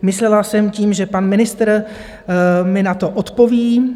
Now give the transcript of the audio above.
Myslela jsem tím, že pan ministr mi na to odpoví.